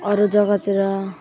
अरू जग्गातिर